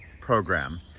program